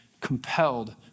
compelled